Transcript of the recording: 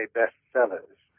bestsellers